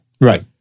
Right